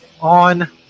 On